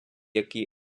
які